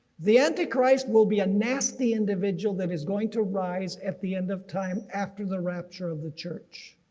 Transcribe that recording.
the antichrist will be a nasty individual that is going to rise at the end of time after the rapture of the church.